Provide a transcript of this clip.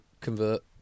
convert